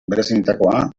berezienetakoa